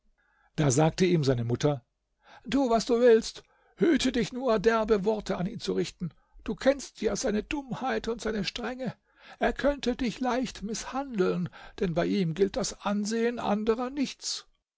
da sagte ihm seine mutter tu was du willst hüte dich nur derbe worte an ihn zu richten du kennst ja seine dummheit und seine strenge er könnte dich leicht mißhandeln denn bei ihm gilt das ansehen anderer nichts